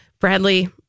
Bradley